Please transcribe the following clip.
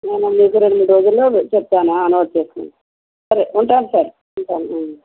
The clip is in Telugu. నేను మీకు రెండు మూడు రోజుల్లో చెప్తాను ఆ నోట్ చేస్కోండి సరే ఉంటాను సార్ ఉంటాను